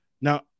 Now